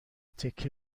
تکه